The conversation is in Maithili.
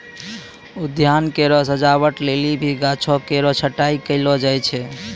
उद्यान केरो सजावट लेलि भी गाछो केरो छटाई कयलो जाय छै